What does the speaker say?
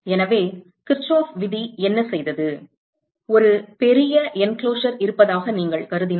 எனவே கிர்ச்சோஃப் விதி என்ன செய்தது ஒரு பெரிய அடைப்பு இருப்பதாக நீங்கள் கருதினால்